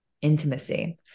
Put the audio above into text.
intimacy